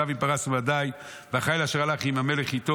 שב מפרס ומדי והחיל אשר הלך עם המלך איתו